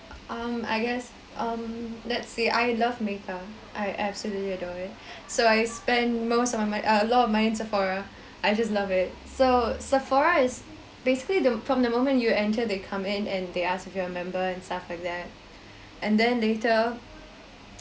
um I guess um let's see I love makeup I absolutely adore it so I spend most of my err a lot of money on sephora I just love it so sephora is basically the from the moment you enter they come in and they ask if you are a member and stuff like that and then later